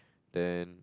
then